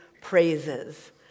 praises